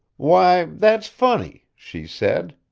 why, that's funny, she said.